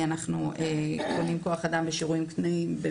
אנחנו קונים כוח אדם למטבחים.